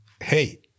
hey